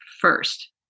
first